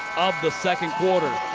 of the second quarter.